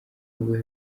ubuhe